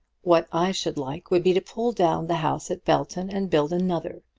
what i should like would be to pull down the house at belton and build another.